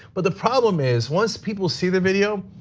but the problem is once people see the video,